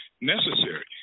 necessary